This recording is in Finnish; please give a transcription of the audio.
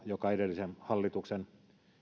joka edellisen hallituksen